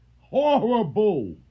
Horrible